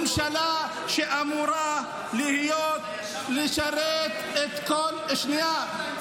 ממשלה שאמורה לשרת את כל ------ שנייה,